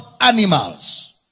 animals